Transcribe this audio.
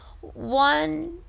One